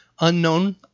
Unknown